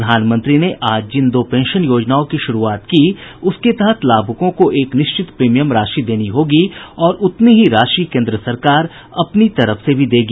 प्रधानमंत्री ने आज जिन दो पेंशन योजनाओं की शुरूआत की उसके तहत लाभुकों को एक निश्चित प्रीमियम राशि देनी होगी और उतनी ही राशि केन्द्र सरकार अपनी तरफ से भी देगी